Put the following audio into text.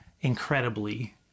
incredibly